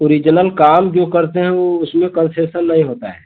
original काम जो करते हैं वो उसमें कंसेसन नहीं होता है